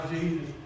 Jesus